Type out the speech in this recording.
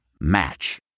Match